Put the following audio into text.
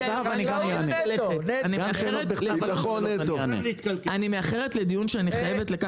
בכל מה שקשור בחיל הים אני מבין בדבורים,